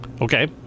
okay